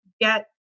get